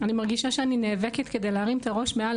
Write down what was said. אני מרגישה שאני נאבקת כדי להרים את הראש מעל